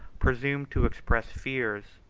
presumed to express fears,